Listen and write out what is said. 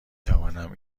توانم